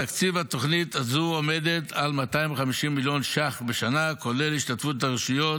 תקציב התוכנית הזו עומד על 250 מיליון ש"ח בשנה כולל השתתפות הרשויות,